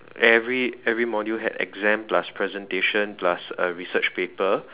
every every module had exam plus presentation plus uh research paper